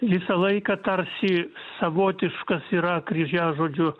visą laiką tarsi savotiškas yra kryžiažodžių